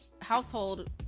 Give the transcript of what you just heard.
household